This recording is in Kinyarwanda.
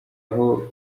aho